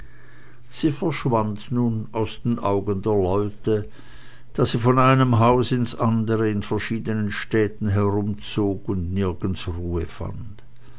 sie verschwand nun aus den augen der leute da sie von einem haus ins andere in verschiedenen städten herumzog und nirgends ruhe fand